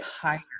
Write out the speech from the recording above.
tired